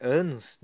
anos